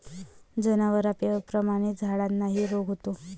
जनावरांप्रमाणेच झाडांनाही रोग होतो